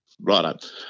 Right